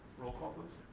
roll call please.